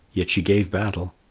yet she gave battle.